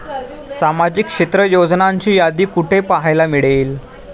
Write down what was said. सामाजिक क्षेत्र योजनांची यादी कुठे पाहायला मिळेल?